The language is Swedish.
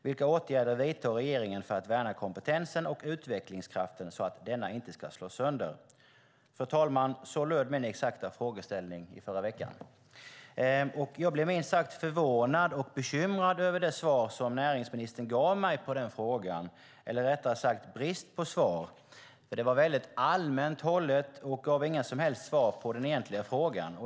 Vilka åtgärder vidtar regeringen för att värna kompetensen och utvecklingskraften så att denna inte ska slås sönder? Fru talman! Så löd min exakta frågeställning i förra veckan. Jag blev minst sagt förvånad och bekymrad över det svar som näringsministern gav mig på frågan, eller rättare sagt brist på svar, för det var väldigt allmänt hållet och gav inga som helst svar på den egentliga frågan.